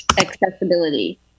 accessibility